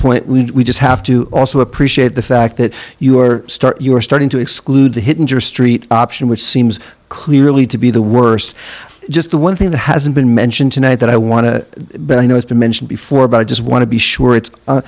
point we just have to also appreciate the fact that you are start you are starting to exclude the hidden your street option which seems clearly to be the worst just the one thing that hasn't been mentioned tonight that i want to but i know it's been mentioned before but i just want to be sure it's